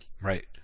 Right